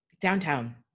Downtown